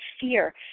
fear